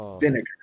vinegar